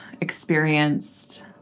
experienced